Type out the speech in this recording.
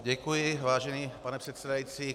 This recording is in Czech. Děkuji, vážený pane předsedající.